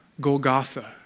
Golgotha